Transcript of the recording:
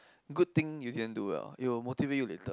good thing you can do well it will motivate you later